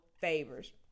favors